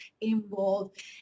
involved